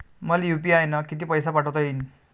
मले यू.पी.आय न किती पैसा पाठवता येईन?